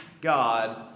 God